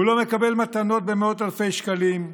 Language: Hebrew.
הוא לא מקבל מתנות במאות אלפי שקלים,